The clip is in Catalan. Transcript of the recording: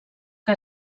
que